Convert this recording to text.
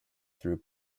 through